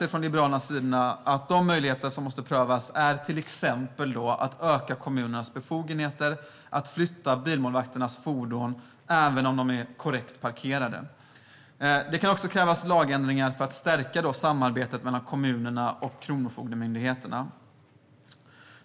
Från Liberalernas sida anser vi att en möjlighet som måste prövas är en ökning av kommunernas befogenheter att flytta bilmålvakternas fordon även om de är korrekt parkerade. Det kan också krävas lagändringar för att stärka samarbetet mellan kommunerna och Kronofogdemyndigheten.